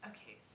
Okay